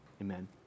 amen